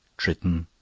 tritton,